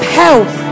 health